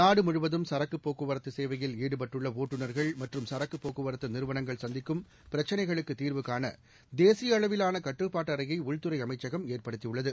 நாடுமுழுவதும் சரக்குப் போக்குவரத்தசேவையில் ஈடுபட்டுள்ளஒட்டுநா்கள் மற்றம் சரக்குப் போக்குவரத்துநிறுவனங்கள் சந்திக்கும் பிரக்சினைகளுக்கதீர்வுகாணதேசிய அளவிலானகட்டுப்பாட்டு அறையை உள்துறை அமைச்சகம் ஏற்படுத்தியுள்ளது